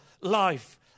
life